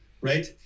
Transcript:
right